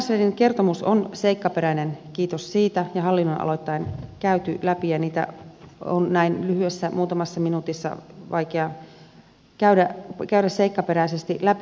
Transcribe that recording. oikeuskanslerin kertomus on seikkaperäinen kiitos siitä ja asiat hallinnonaloittain käyty läpi ja niitä on näin lyhyessä ajassa muutamassa minuutissa vaikea käydä seikkaperäisesti läpi